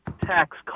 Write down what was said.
tax